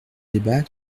débat